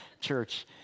church